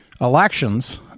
elections